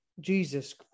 Jesus